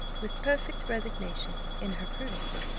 with perfect resignation, in her prudence.